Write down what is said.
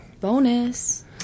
Bonus